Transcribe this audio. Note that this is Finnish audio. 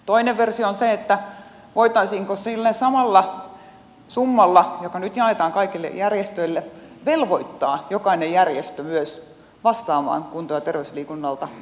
toinen versio on se voitaisiinko sillä samalla summalla joka nyt jaetaan kaikille järjestöille velvoittaa jokainen järjestö vastaamaan myös kunto ja terveysliikunnasta omalta osaltaan